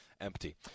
empty